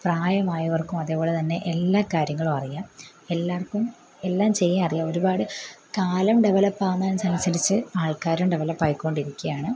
പ്രായമായവർക്കും അതേപോലെ തന്നെ എല്ലാ കാര്യങ്ങളും അറിയാം എല്ലാവർക്കും എല്ലാം ചെയ്യാൻ അറിയാം ഒരുപാട് കാലം ഡെവലപ്പാകുന്നതനുസരിച്ച് ആൾക്കാരും ഡെവലപ്പായി കൊണ്ടിരിക്കയാണ്